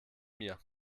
mir